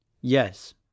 yes